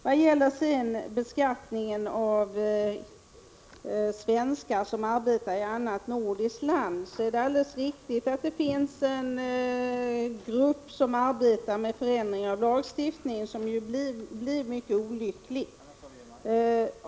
Det är alldeles riktigt att det finns en grupp som arbetar med förändringar 61 av lagstiftningen då det gäller beskattning av svenskar som arbetar i ett annat nordiskt land. Denna lagstiftning kan ju få mycket olyckliga konsekvenser.